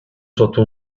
sotto